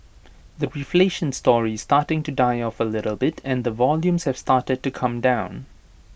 the reflation story is starting to die off A little bit and the volumes have started to come down